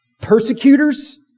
persecutors